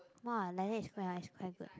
!wah! like that is quite ya is quite good